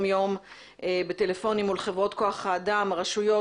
יום בטלפונים מול חברות כוח האדם והרשויות,